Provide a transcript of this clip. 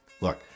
Look